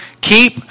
keep